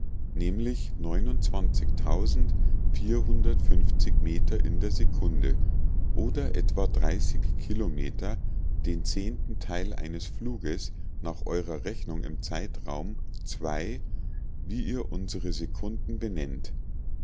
nämlich meter in der sekunde oder etwa kilometer den zehnten teil eines fluges nach eurer rechnung im zeitraum zwei wie ihr unsere sekunden benennt